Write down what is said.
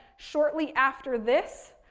shortly after this,